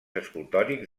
escultòrics